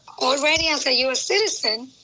already has a u s. citizen.